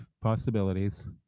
possibilities